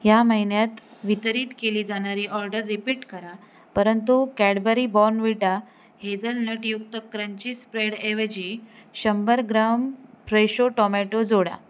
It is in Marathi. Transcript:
या महिन्यात वितरित केली जाणारी ऑर्डर रिपीट करा परंतु कॅडबरी बॉनविटा हेझलनटयुक्त क्रंची स्प्रेड ऐवजी शंभर ग्राम फ्रेशो टोमॅटो जोडा